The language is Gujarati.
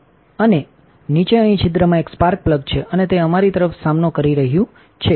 અને નીચે અહીં છિદ્રમાં એક સ્પાર્ક પ્લગ છે અને તે અમારી તરફ સામનો કરી રહ્યો છે